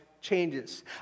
changes